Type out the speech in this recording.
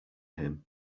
him